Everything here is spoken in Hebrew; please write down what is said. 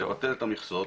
לבטל את המכסות.